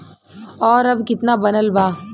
और अब कितना बनल बा?